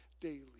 daily